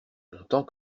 longtemps